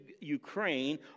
Ukraine